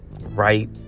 right